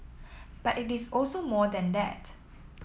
but it is also more than that